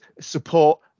support